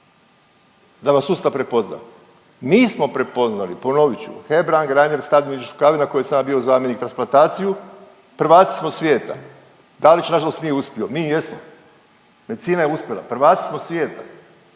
da vas sustav prepozna. Mi smo prepoznali ponovit ću Hebrang, Reiner, … Rukavina kojem sam ja bio zamjenik transplantaciju, prvaci smo svijeta. Dalić nažalost nije uspio, mi jesmo, medicina je uspjela, prvaci smo svijeta.